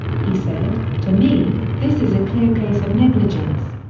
he said, to me, this is a clear case of negligence.